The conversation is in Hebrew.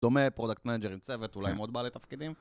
דומה פרודקט מנג'ר עם צוות, אולי עם עוד בעלי תפקידים?